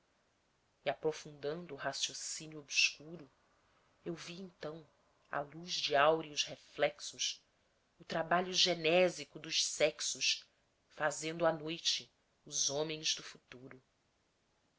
e aprofundando o raciocínio obscuro eu vi então à luz de áureos reflexos o trabalho genésico dos sexos fazendo à noite os homens do futuro